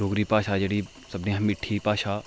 डोगरी भाशा जेह्डी सभनें शा मिट्ठी भाशा ऐ